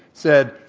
said,